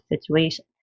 situation